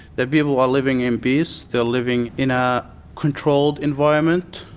the people are living in peace, they're living in a controlled environment,